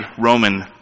Roman